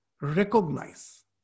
recognize